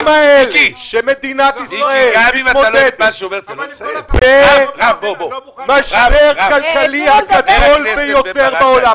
האלה שמדינת ישראל מתמודדת עם המשבר הכלכלי הגדול ביותר בעולם.